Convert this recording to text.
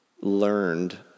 learned